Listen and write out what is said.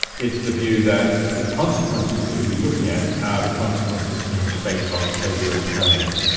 it's the view that the consequences we should be looking at are the consequences in respect of pleasure and pain,